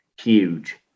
huge